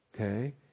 okay